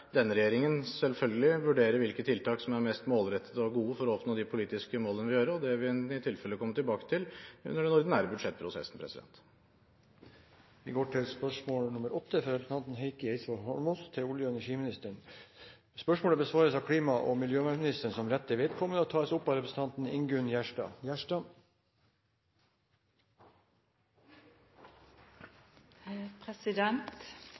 denne regjeringen selvfølgelig vurdere hvilke tiltak som er gode og mest målrettede for å oppnå de politiske målene, og det vil vi i tilfelle komme tilbake til under den ordinære budsjettprosessen. Dette spørsmålet, fra representanten Heikki Eidsvoll Holmås til olje- og energiministeren, vil bli besvart av klima- og miljøministeren som rette vedkommende. Spørsmålet blir tatt opp av representanten Ingunn Gjerstad.